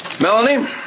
Melanie